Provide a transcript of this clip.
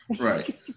Right